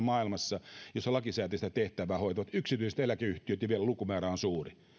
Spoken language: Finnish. maailmassa ainutlaatuinen järjestelmä jossa lakisääteistä tehtävää hoitavat yksityiset eläkeyhtiöt ja vielä lukumäärä on suuri